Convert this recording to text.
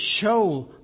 show